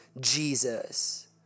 Jesus